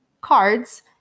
cards